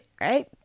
right